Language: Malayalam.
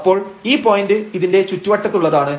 അപ്പോൾ ഈ പോയന്റ് ഇതിന്റെ ചുറ്റുവട്ടത്തുള്ളതാണ്